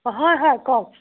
অঁ হয় হয় কওক